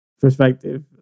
perspective